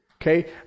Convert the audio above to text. Okay